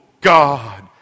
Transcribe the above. God